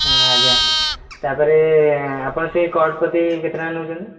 ହଁ ଆଜ୍ଞା ତାପରେ ଆପଣ ସେହି କଟ୍ ପ୍ରତି କେତେ ଟଙ୍କା ନେଉଛନ୍ତି